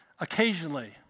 occasionally